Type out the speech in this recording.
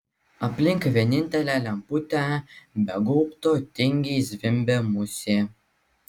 aplink vienintelę lemputę be gaubto tingiai zvimbė musė